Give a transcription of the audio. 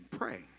pray